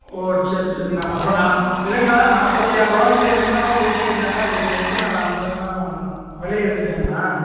ஓ சரி சரிண்ணா அப்போ நான் இல்லைங்கண்ணா நாற்பத்தி ஆறு ரூபாங்குற மாரி தான் பேசிக்கிட்டு இருந்தாங்க அது இப்போ எப்புடின்னா நான் ஐம்பதுன்னா விலை ஏறிடிச்சாங்கண்ணா